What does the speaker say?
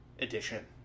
Edition